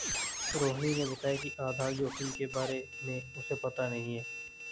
रोहिणी ने बताया कि आधार जोखिम के बारे में उसे पता नहीं है